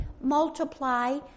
multiply